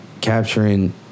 capturing